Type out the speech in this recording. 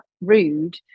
rude